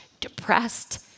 depressed